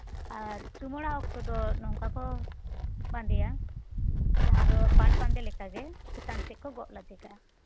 ᱟᱨ ᱪᱩᱢᱟᱹᱲᱟ ᱚᱠᱛᱚ ᱫᱚ ᱱᱚᱝᱠᱟ ᱠᱚ ᱵᱟᱸᱫᱮᱭᱟ ᱡᱟᱦᱟᱸ ᱫᱚ ᱯᱟᱴ ᱵᱟᱸᱫᱮ ᱞᱮᱠᱟ ᱜᱮ ᱪᱮᱛᱟᱱ ᱥᱮᱡ ᱠᱚ ᱜᱚᱜ ᱞᱟᱫᱮ ᱠᱟᱜᱼᱟ